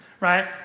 right